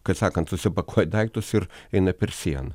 kad sakant susipakuot daiktus ir eina per sieną